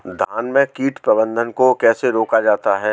धान में कीट प्रबंधन को कैसे रोका जाता है?